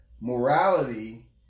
morality